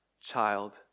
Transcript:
child